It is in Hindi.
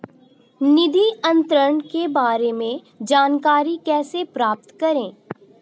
निधि अंतरण के बारे में जानकारी कैसे प्राप्त करें?